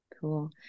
cool